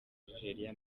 algeria